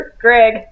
Greg